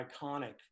iconic